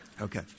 Okay